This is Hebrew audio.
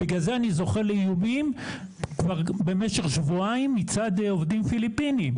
בגלל זה אני זוכה לאיומים כבר במשך שבועיים מצד עובדים פיליפינים,